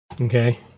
okay